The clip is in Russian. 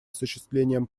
осуществлением